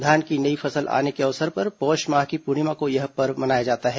धान की नई फसल आने के अवसर पर पोष माह की पूर्णिमा को यह पर्व मनाया जाता है